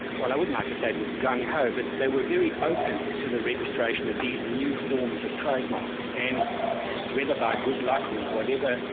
well i wouldn't like to say it was gung-ho, but they were very open to the registration of these new forms of trademarks, and whether by good luck or whatever,